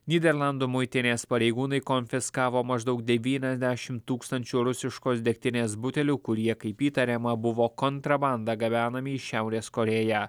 nyderlandų muitinės pareigūnai konfiskavo maždaug devyniasdešimt tūkstančių rusiškos degtinės butelių kurie kaip įtariama buvo kontrabanda gabenami į šiaurės korėją